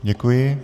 Děkuji.